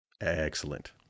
Excellent